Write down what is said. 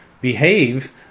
behave